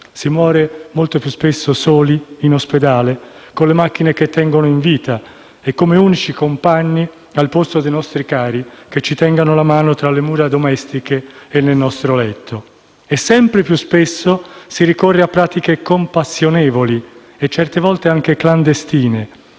Si muore molto più spesso soli in ospedale, con le macchine che tengono in vita come unici compagni al posto dei nostri cari che ci terrebbero la mano tra le mura domestiche e nel nostro letto. Sempre più spesso si ricorre a pratiche compassionevoli e certe volte anche clandestine,